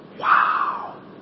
Wow